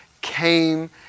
came